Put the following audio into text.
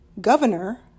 governor